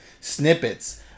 snippets